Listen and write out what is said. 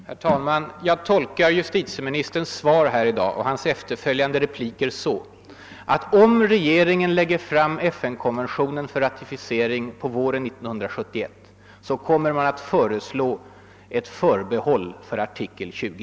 Herr talman! Jag tolkar justitieministerns svar på min fråga och hans efterföljande repliker så att regeringen, om den lägger fram FN-konventionen för ratificering under 1971, kommer att föreslå ett förbehåll för artikel 20.